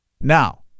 Now